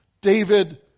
David